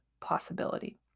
possibility